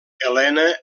elena